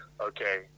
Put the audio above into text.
okay